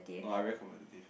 no I very competitive